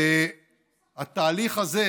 התהליך הזה